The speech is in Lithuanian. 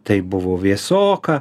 tai buvo vėsoka